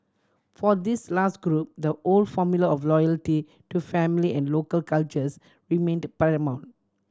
for this last group the old formula of loyalty to family and local cultures remained paramount